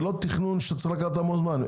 זה לא תכנון שצריך לקחת המון זמן.